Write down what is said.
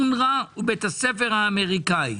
אונר"א ובית הספר האמריקאי.